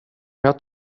jag